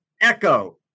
Echo